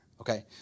Okay